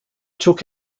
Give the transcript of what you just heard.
took